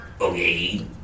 Okay